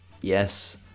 yes